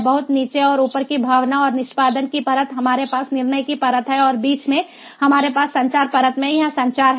बहुत नीचे और ऊपर की भावना और निष्पादन की परत हमारे पास निर्णय की परत है और बीच में हमारे पास संचार परत में यह संचार है